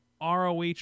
ROH